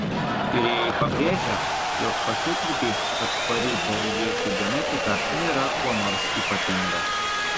tyrėjai pabrėžia jog pasiutligei atsparių perujiečių genetika nėra kuo nors ypatinga